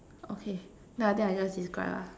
okay then I think I just describe ah